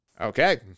Okay